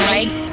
Right